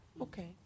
Okay